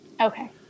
Okay